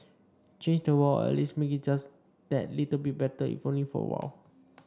change the world or at least make it just that little bit better if only for a while